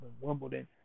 Wimbledon